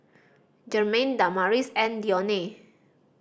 Jermain Damaris and Dionne